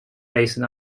based